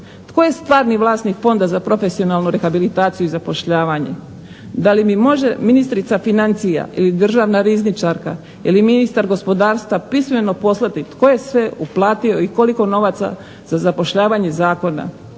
Tko je stvarni vlasnik Fonda za profesionalnu rehabilitaciju i zapošljavanje? Da li mi može ministrica financija ili državna rizničarka ili ministar gospodarstva pismeno poslati tko je sve uplatio i koliko novaca za nepoštivanje zakona.